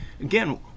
again